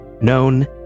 known